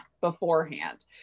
beforehand